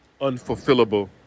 unfulfillable